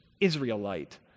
Israelite